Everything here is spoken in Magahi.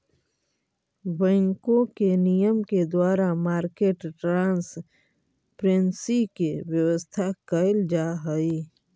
बैंकों के नियम के द्वारा मार्केट ट्रांसपेरेंसी के व्यवस्था कैल जा हइ